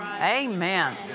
Amen